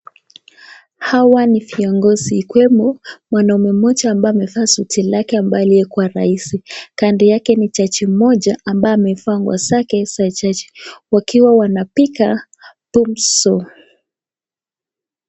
Hawa ni viongozi ikiwemo mwanaume mmoja ambaye amevaa suti lake ambaye aliyekuwa raisi. Kando yake ni jaji mmoja ambaye amevaa nguo zake za jaji wakiwa wanapiga gumzo.